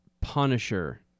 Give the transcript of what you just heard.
Punisher-